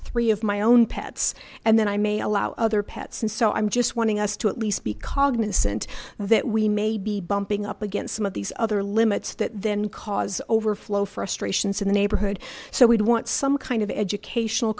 three of my own pets and then i may allow other pets and so i'm just wanting us to at least be cognizant that we may be bumping up against some of these other limits that then cause overflow frustrations in the neighborhood so we'd want some kind of educational